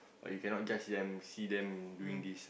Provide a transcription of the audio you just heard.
but you cannot judge them see them doing this